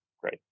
Great